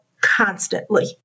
constantly